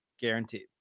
guaranteed